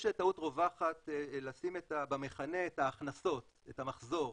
יש טעות רווחת לשים במכנה את ההכנסות, את המחזור,